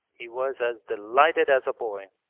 he was as delighted as a boy,